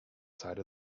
side